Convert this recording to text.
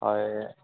হয়